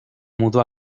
mudó